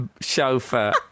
chauffeur